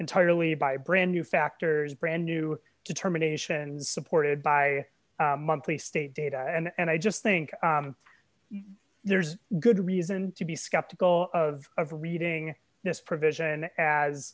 entirely by brand new factors brand new determination supported by monthly state data and i just think there's good reason to be skeptical of of reading this provision as